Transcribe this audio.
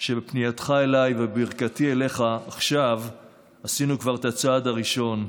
שבפנייתך אליי ובברכתי אליך עכשיו עשינו כבר את הצעד הראשון.